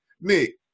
Nick